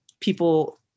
people